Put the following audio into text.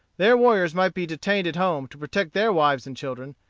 their warriors might be detained at home to protect their wives and children,